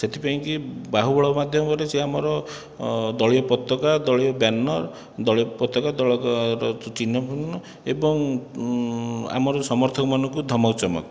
ସେଥିପାଇଁକି ବାହୁବଳ ମଧ୍ୟମରେ ସେ ଆମର ଦଳୀୟ ପତାକା ଦଳୀୟ ବ୍ୟାନର ଦଳୀୟ ପତାକା ଦଳୀୟ ଚିହ୍ନପୃନ୍ନ ଏବଂ ଆମର ସମର୍ଥକ ମାନଙ୍କୁ ଧମକ ଚମକ